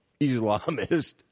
Islamist